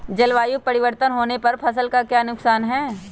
जलवायु परिवर्तन होने पर फसल का क्या नुकसान है?